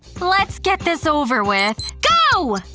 let's get this over with. go!